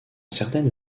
certaines